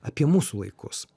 apie mūsų laikus